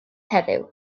heddiw